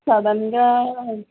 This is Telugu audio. సడన్గా